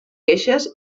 queixes